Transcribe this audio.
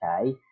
Okay